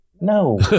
No